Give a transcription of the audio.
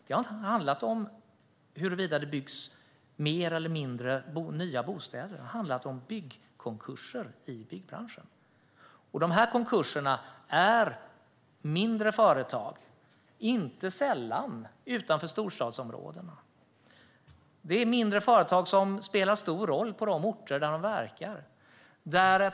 Den handlar inte om huruvida det byggs fler eller färre nya bostäder, utan den handlar om byggkonkurser i byggbranschen. Dessa konkurser sker i mindre företag, inte sällan utanför storstadsområdena. Det är mindre företag som spelar stor roll på de orter där de verkar.